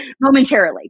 momentarily